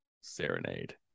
Serenade